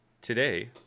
Today